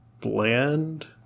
bland